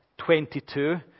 22